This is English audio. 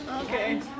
Okay